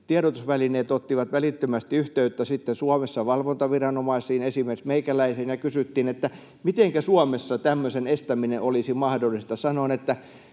Tiedotusvälineet ottivat välittömästi yhteyttä sitten Suomessa valvontaviranomaisiin, esimerkiksi meikäläisiin, ja kysyttiin, mitenkä Suomessa tämmöisen estäminen olisi mahdollista. Sanoin, että